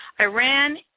Iran